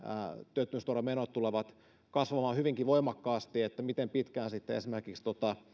työttömyysturvamenot tulevat kasvamaan hyvinkin voimakkaasti miten pitkään sitten esimerkiksi